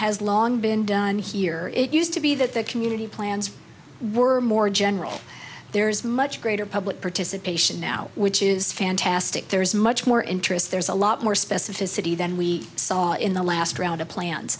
has long been done here it used to be that the community plans were more general there is much greater public participation now which is fantastic there's much more interest there's a lot more specificity than we saw in the last round of plan